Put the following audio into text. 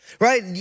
right